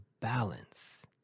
balance